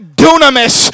dunamis